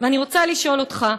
אני רוצה לשאול אותך: